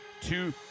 two